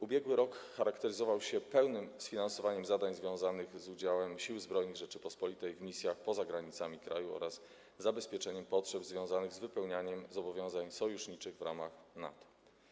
Ubiegły rok charakteryzował się pełnym sfinansowaniem zadań związanych z udziałem Sił Zbrojnych Rzeczypospolitej w misjach poza granicami kraju oraz zabezpieczeniem potrzeb związanych z wypełnianiem zobowiązań sojuszniczych w ramach NATO.